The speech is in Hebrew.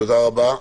תודה רבה.